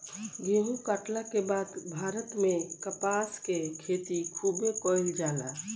गेहुं काटला के बाद भारत में कपास के खेती खूबे कईल जाला